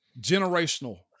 Generational